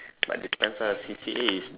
but depends ah C_C_A is